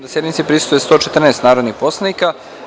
da sednici prisustvuje 114 narodnih poslanika.